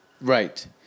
Right